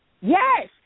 yes